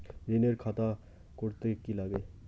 ঋণের খাতা করতে কি লাগে?